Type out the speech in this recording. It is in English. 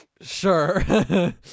Sure